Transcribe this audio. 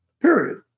period